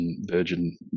Virgin